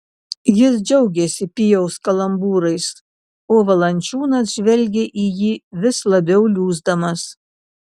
jis džiaugėsi pijaus kalambūrais o valančiūnas žvelgė į jį vis labiau liūsdamas